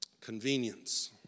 Convenience